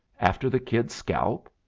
after the kid's scalp?